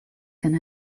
can